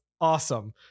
awesome